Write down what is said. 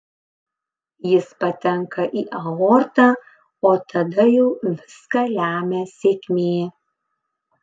jis patenka į aortą o tada jau viską lemia sėkmė